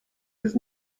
his